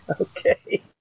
Okay